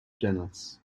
genus